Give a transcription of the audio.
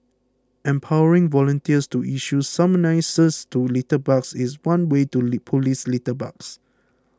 empowering volunteers to issue summonses to litterbugs is one way to police litterbugs